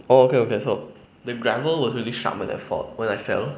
oh okay okay so the gravel was really sharp when I fall when I fell